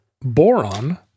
boron